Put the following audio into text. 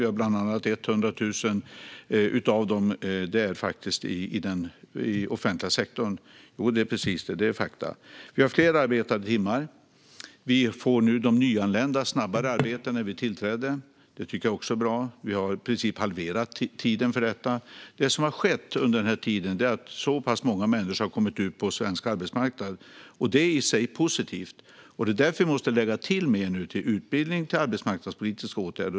Bland annat finns 100 000 av dem i den offentliga sektorn. Det är fakta. Vi har fler arbetade timmar. De nyanlända kommer snabbare i arbete sedan vi tillträdde. Vi har i princip halverat tiden för detta. Det tycker jag också är bra. Det som har skett under den här tiden är att så pass många människor har kommit ut på svensk arbetsmarknad, och det är i sig positivt. Vi måste nu lägga mer pengar till utbildning och arbetsmarknadspolitiska åtgärder.